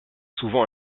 souvent